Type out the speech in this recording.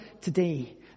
today